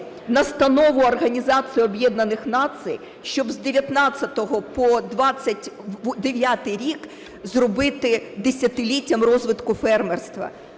Націй, щоб з 2019 по 2029 рік зробити десятиліттям розвитку фермерства.